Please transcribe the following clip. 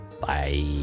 Bye